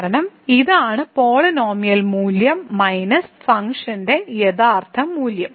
കാരണം ഇതാണ് പോളിനോമിയൽ മൂല്യം മൈനസ് ഫംഗ്ഷന്റെ യഥാർത്ഥ മൂല്യം